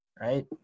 right